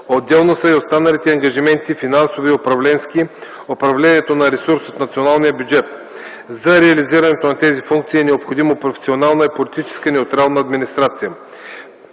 Отделно са и останалите ангажименти – финансови и управленски, управлението на ресурс от националния бюджет. За реализирането на тези функции е необходима професионална и политически неутрална администрация.